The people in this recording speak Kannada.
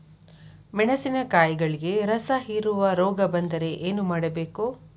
ಮೆಣಸಿನಕಾಯಿಗಳಿಗೆ ರಸಹೇರುವ ರೋಗ ಬಂದರೆ ಏನು ಮಾಡಬೇಕು?